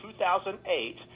2008